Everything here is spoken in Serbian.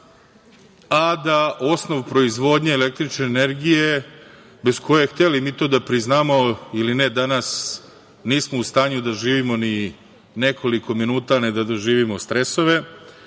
a da osnov proizvodnje električne energije, bez koje hteli mi to da priznamo ili ne, danas nismo u stanju da živimo ni nekoliko minuta, a da ne doživimo stresove,